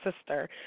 sister